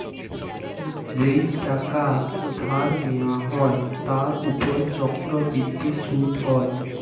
যেই টাকা ধার নেওয়া হয় তার উপর চক্রবৃদ্ধি সুদ হয়